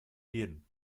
jeden